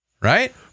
Right